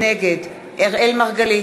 נגד אראל מרגלית,